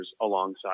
alongside